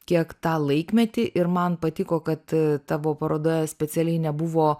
kiek tą laikmetį ir man patiko kad tavo paroda specialiai nebuvo